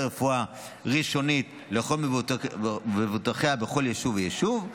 רפואי ראשונית לכל מבוטחיה בכל יישוב ויישוב,